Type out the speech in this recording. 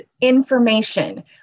information